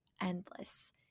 endless